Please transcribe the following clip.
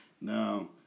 now